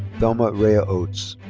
thelma rhea oates.